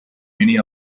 many